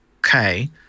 Okay